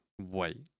Wait